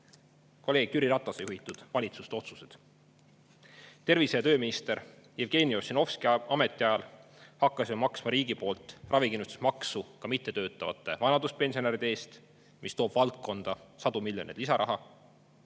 kolleeg Jüri Ratase juhitud valitsuste otsused. Tervise‑ ja tööminister Jevgeni Ossinovski ametiajal hakkasime maksma riigi poolt ravikindlustusmaksu ka mittetöötavate vanaduspensionäride eest, mis toob valdkonda sadu miljoneid lisaraha.